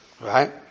Right